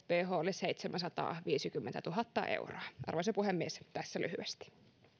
wholle seitsemänsataaviisikymmentätuhatta euroa arvoisa puhemies tässä lyhyesti